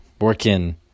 Working